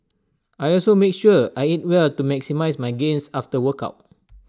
I also make sure I eat well to maximise my gains after work out